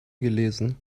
gelesen